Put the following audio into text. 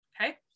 okay